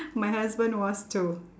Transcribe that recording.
my husband was too